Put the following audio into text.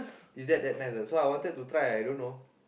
is that that nice ah so I wanted to try I I don't know